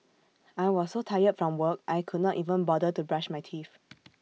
I was so tired from work I could not even bother to brush my teeth